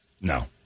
no